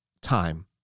time